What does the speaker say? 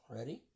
Ready